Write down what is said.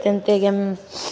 त्यहाँ त्यो गेम